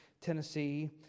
Tennessee